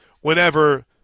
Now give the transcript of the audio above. Whenever